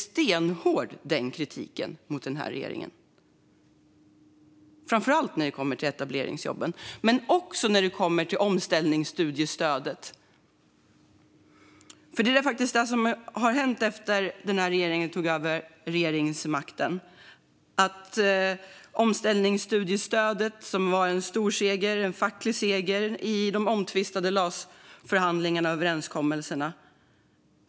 Deras kritik mot regeringen är stenhård - framför allt när det kommer till etableringsjobben men också när det kommer till omställningsstudiestödet. Det som har hänt efter att denna regering tog över regeringsmakten är nämligen att CSN inte får de resurser som behövs för omställningsstudiestödet, som var en stor facklig seger i de omtvistade LAS-förhandlingarna och överenskommelserna.